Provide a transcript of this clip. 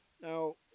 now